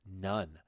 none